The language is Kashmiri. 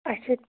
اَچھا